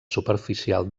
superficial